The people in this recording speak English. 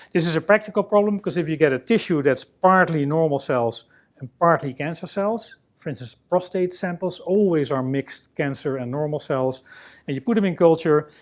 this is a practical problem, because if you get a tissue that's partly normal cells and partly cancer cells for instance, prostate samples always are mixed cancer and normal cells and you put it in culture,